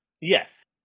Yes